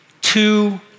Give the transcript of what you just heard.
two